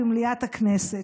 במליאת הכנסת.